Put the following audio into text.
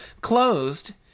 closed